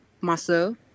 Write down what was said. muscle